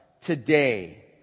today